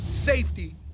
safety